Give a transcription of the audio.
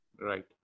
Right